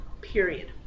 Period